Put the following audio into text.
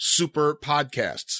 SuperPodcasts